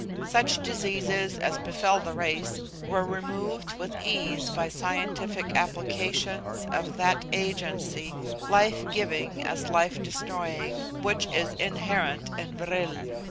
such diseases as befell the race were removed with ease by scientific applications of that agency life-giving as life-destroying which is inherent in vril.